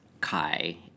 Kai